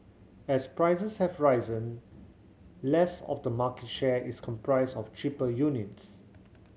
as prices have risen less of the market share is comprised of cheaper units